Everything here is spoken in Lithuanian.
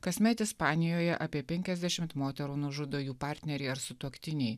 kasmet ispanijoje apie penkiasdešimt moterų nužudo jų partneriai ar sutuoktiniai